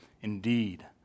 Indeed